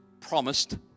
promised